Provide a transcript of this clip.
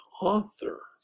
author